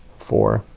four